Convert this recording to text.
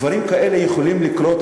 דברים כאלה יכולים לקרות,